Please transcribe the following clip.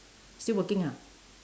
still working ah